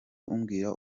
umbwira